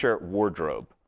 wardrobe